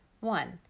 one